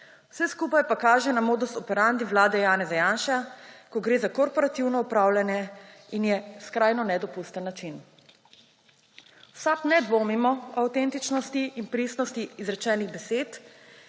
Vse skupaj pa kaže na modus operandi vlade Janeza Janše, ko gre za korporativno upravljanje, in je skrajno nedopusten način. V SAB ne dvomimo o avtentičnosti in pristnosti izrečenih besed